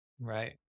Right